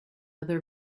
other